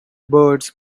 birds